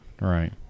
right